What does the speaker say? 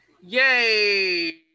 Yay